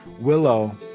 Willow